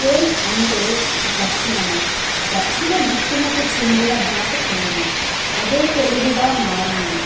తన్ అంటే దక్షిణము దక్షిణ దిక్కునకు చెందిన భాష తెలుగు అదే తెలుగుగా మారింది